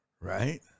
Right